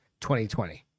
2020